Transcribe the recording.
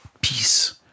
peace